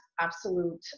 absolute